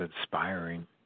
inspiring